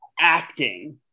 acting